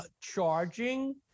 charging